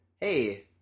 hey